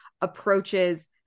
approaches